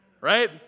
right